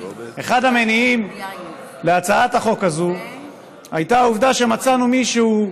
אחד המניעים להצעת החוק הזאת היה העובדה שמצאנו מישהו,